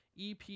EP